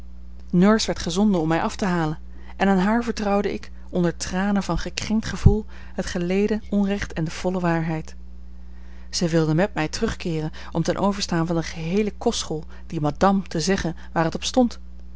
nurse werd gezonden om mij af te halen en aan haar vertrouwde ik onder tranen van gekrenkt gevoel het geleden onrecht en de volle waarheid zij wilde met mij terugkeeren om ten overstaan van de geheele kostschool die madam te zeggen waar het op stond